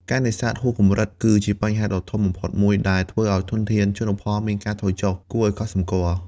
ការនេសាទហួសកម្រិតគឺជាបញ្ហាដ៏ធំបំផុតមួយ ដែលធ្វើឲ្យធនធានជលផលមានការថយចុះគួរឲ្យកត់សម្គាល់។